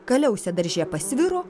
kaliausė darže pasviro